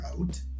out